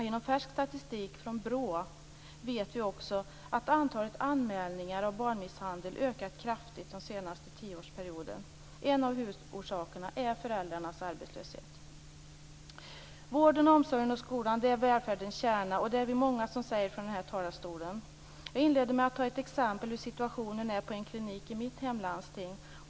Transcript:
Genom färsk statistik från BRÅ vet vi att antalet anmälningar om barnmisshandel har ökat kraftigt under den senaste tioårsperioden. En huvudorsak är föräldrarnas arbetslöshet. Vården, omsorgen och skolan är välfärdens kärna. Vi är många som säger det i denna talarstol. Jag inledde med att ta ett exempel som belyser situationen på en klinik i mitt landsting.